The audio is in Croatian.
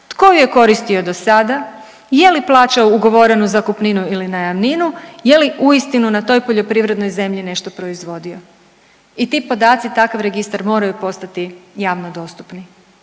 tko ju je koristio dosada, je li plaća ugovorenu zakupninu ili najamninu, je li uistinu na toj poljoprivrednoj zemlji nešto proizvodio i ti podaci i takav registar moraju postati javno dostupni,